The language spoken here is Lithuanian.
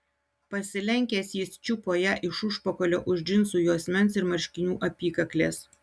pasilenkęs jis čiupo ją iš užpakalio už džinsų juosmens ir marškinių apykaklės